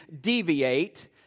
deviate